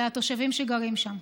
לתושבים שגרים שם.